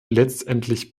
letztendlich